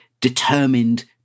determined